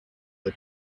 the